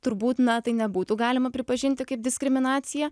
turbūt na tai nebūtų galima pripažinti kaip diskriminacija